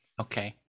Okay